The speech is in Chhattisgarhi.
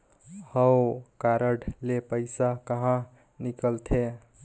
हव कारड ले पइसा कहा निकलथे?